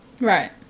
Right